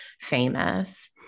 famous